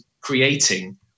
creating